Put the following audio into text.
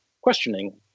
questioning